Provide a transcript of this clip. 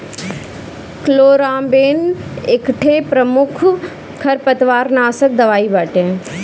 chloramben एकठे प्रमुख खरपतवारनाशक दवाई बाटे